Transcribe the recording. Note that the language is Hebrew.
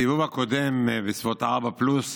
דרכים כאלה וכאלה,